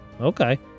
Okay